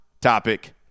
topic